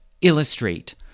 illustrate